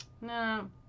no